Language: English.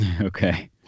Okay